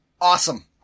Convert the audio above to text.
Awesome